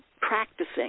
practicing